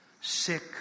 sick